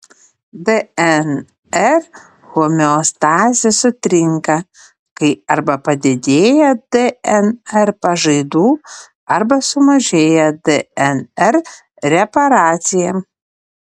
dnr homeostazė sutrinka kai arba padidėja dnr pažaidų arba sumažėja dnr reparacija